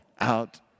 out